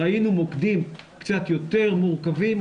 ראינו מוקדים קצת יותר מורכבים,